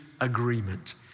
agreement